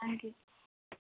thank you